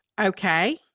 Okay